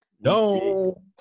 No